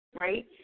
right